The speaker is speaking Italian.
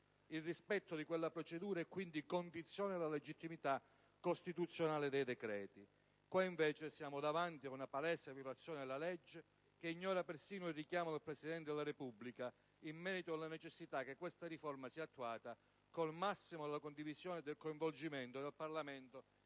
Il rispetto di quella procedura è quindi condizione della legittimità costituzionale dei decreti. In questo caso, invece, siamo davanti ad una palese violazione della legge, che ignora persino il richiamo del Presidente della Repubblica in merito alla necessità che questa riforma sia attuata con il massimo della condivisione e del coinvolgimento del Parlamento